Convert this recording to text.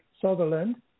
Sutherland